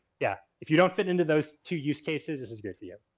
yeah, if you don't fit into those two use cases this is great for you.